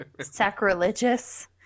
sacrilegious